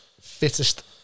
fittest